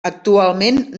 actualment